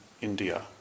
India